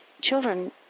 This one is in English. Children